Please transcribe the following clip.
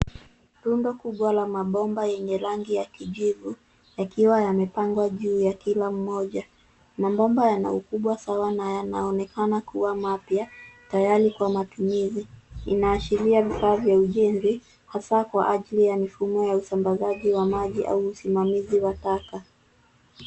Rundo kubwa la mabomba yenye rangi ya kijivu yakiwa yamepangwa juu ya kila moja. Mabomba yana ukubwa sawa na yanaonekana kuwa mapya tayari kwa matumizi . Inaashiria vifaa vya ujenzi, hasaa kwa ajili ya mfumo wa usambazaji wa maji au usimamizi wa taka.